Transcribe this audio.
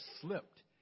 slipped